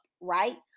right